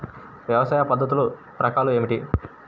వ్యవసాయ పద్ధతులు రకాలు ఏమిటి?